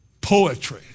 poetry